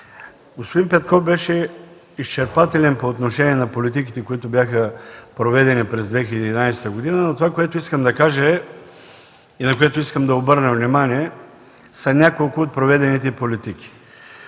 Господин Петков беше изчерпателен по отношение на политиките, проведени през 2011 г., но това, което искам да кажа и на което искам да обърна внимание, са няколко от проведените политики.